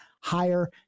higher